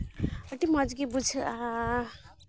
ᱟᱹᱰᱤ ᱢᱚᱡᱽ ᱜᱮ ᱵᱩᱡᱷᱟᱹᱜᱼᱟ